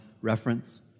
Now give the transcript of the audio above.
reference